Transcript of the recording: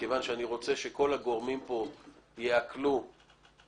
מכיוון שאני רוצה שכל הגורמים יעכלו את השינויים.